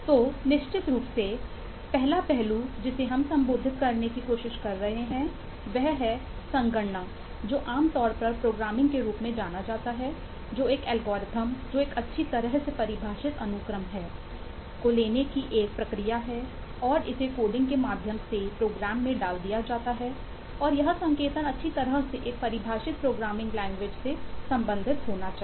तो निश्चित रूप से पहला पहलू जिसे हम संबोधित करने की कोशिश कर रहे हैं वह है संगणना जो आमतौर पर प्रोग्रामिंग से संबंधित होना चाहिए